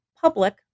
public